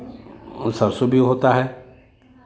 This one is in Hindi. वो सरसो भी होता है